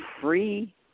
free